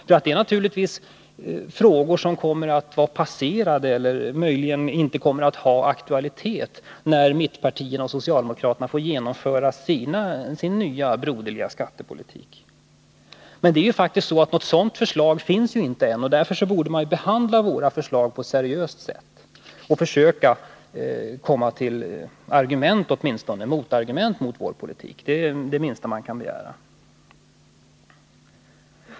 För det är naturligtvis frågor som kommer att vara passerade, eller möjligen inte kommer att ha aktualitet, när mittpartierna och socialdemokraterna får genomföra sin nya broderliga skattepolitik. Men något sådant förslag finns ju faktiskt inte än. Därför borde man behandla våra förslag på ett seriöst sätt och åtminstone försöka komma med motargument mot vår politik. Det är väl det minsta man kan begära.